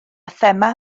thema